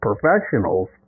professionals